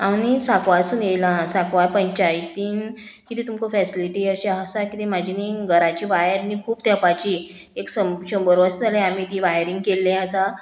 हांव न्ही सांकवाळासून येयलां सांकवाळ पंचायतीन किदें तुमकां फेसिलिटी अशी आसा किदें म्हाजी न्ही घराची वायर न्ही खूब तेंपाची एक सं शंबर वर्स जाल्यार आमी ती वायरींग केल्ली आसा